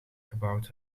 gebouwd